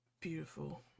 beautiful